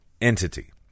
entity